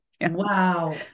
Wow